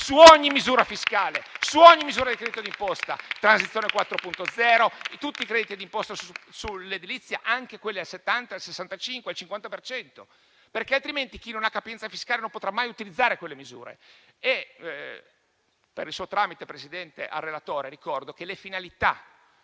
su ogni misura fiscale, su ogni misura del credito d'imposta (Transizione 4.0 e tutti i crediti di imposta sull'edilizia, anche quelli a 70, al 65, al 50 per cento, altrimenti chi non ha capienza fiscale non potrà mai utilizzare quelle misure). Per il suo tramite, Presidente, vorrei ricordare al